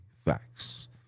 Facts